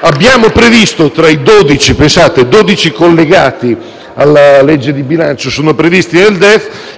abbiamo previsto tra i dodici collegati alla legge di bilancio